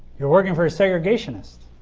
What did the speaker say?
you are working for a segregationist.